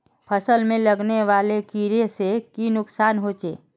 फसल में लगने वाले कीड़े से की नुकसान होचे?